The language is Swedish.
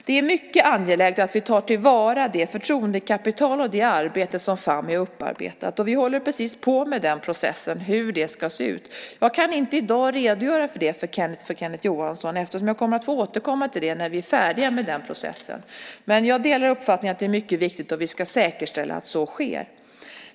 Det är mycket angeläget att vi tar till vara det förtroendekapital som Fammi har upparbetat, och vi håller just på med den processen. Jag kan i dag inte redogöra för det för Kenneth Johansson. Jag får återkomma till det när vi är färdiga med den processen. Jag delar uppfattningen att det är mycket viktigt, och vi ska säkerställa att så sker.